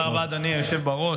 אדוני היושב בראש.